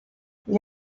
gli